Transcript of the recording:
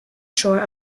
shore